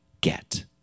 get